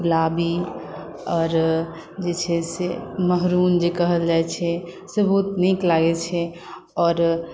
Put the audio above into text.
गुलाबी आओर जे छै से मैरून जे कहल जाइ छै से बहुत नीक लागै छै आओर